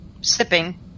Sipping